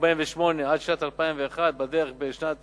משנת 1948 עד שנת 2001. בדרך, בשנת